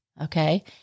Okay